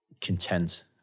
content